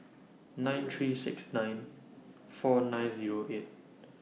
nine three six nine four nine Zero eight